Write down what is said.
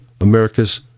America's